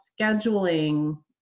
scheduling